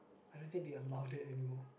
I don't think they allow that anymore